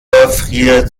friert